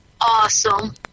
awesome